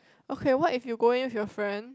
okay what if you go in with your friend